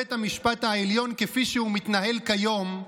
בית המשפט העליון כפי שהוא מתנהל כיום,